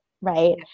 right